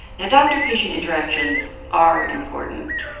now, doctor-patient interactions are important.